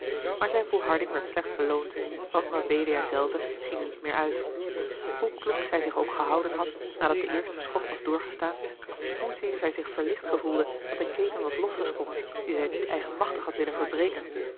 maar zijne volharding werd slecht beloond want mabelia zelve ging niet meer uit hoe kloek zij zich ook gehouden had nadat de eerste schok was doorgestaan hoezeer zij zich verlicht gevoelde dat de keten was losgesprongen die zij niet eigenmachtig had willen verbreken